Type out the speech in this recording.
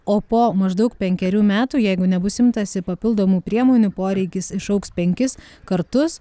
o po maždaug penkerių metų jeigu nebus imtasi papildomų priemonių poreikis išaugs penkis kartus